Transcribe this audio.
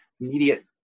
immediate